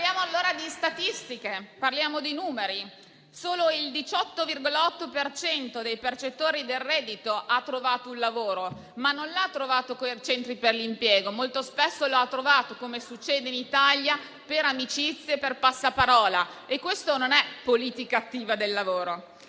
Parliamo allora di statistiche, parliamo di numeri. Solo il 18,8 per cento dei percettori del reddito ha trovato un lavoro, ma non l'ha trovato grazie ai centri per l'impiego; molto spesso l'ha trovato, come succede in Italia, per amicizie o per passaparola. E questo non è politica attiva del lavoro.